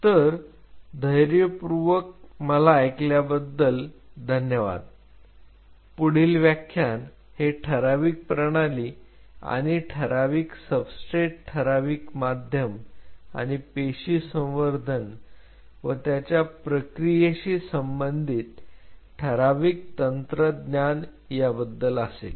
तर धैर्य पूर्वक मला ऐकल्याबद्दल धन्यवाद पुढील व्याख्यान हे ठरावीक प्रणाली आणि आणि ठराविक सबस्ट्रेट ठराविक माध्यम आणि पेशी संवर्धन व त्याच्या प्रक्रियेशी संबंधित ठराविक तंत्रज्ञान याबद्दल असेल